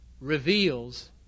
reveals